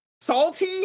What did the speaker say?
salty